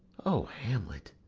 o hamlet,